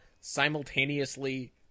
simultaneously